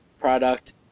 product